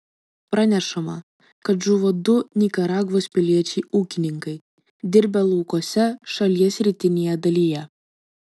pranešama kad žuvo du nikaragvos piliečiai ūkininkai dirbę laukuose šalies rytinėje dalyje